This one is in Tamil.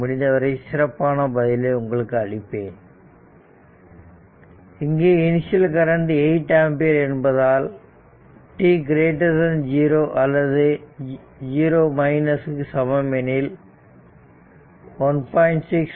முடிந்தவரை சிறப்பான பதிலை உங்களுக்கு அளிப்பேன் இங்கு இனிஷியல் கரண்ட் 8 ஆம்பியர் என்பதால் t 0 அல்லது 0 க்கு சமம் எனில் 1